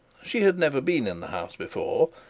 she had never been in the house before,